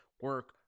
Work